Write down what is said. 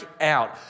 out